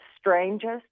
strangest